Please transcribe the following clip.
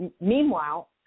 meanwhile